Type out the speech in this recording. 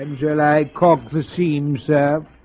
july cock the seam sir.